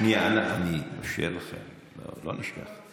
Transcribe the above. שנייה, אני אאפשר לכם, לא נשכח.